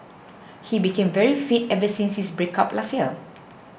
he became very fit ever since his breakup last year